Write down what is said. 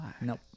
Nope